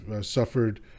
suffered